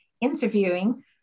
interviewing